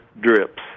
drips